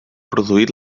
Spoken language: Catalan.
produït